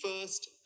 first